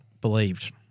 believed